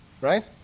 Right